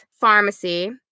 Pharmacy